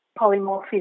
polymorphisms